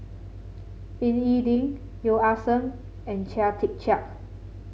Ying E Ding Yeo Ah Seng and Chia Tee Chiak